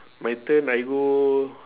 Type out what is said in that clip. my turn I go